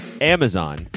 Amazon